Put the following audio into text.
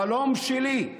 החלום שלי,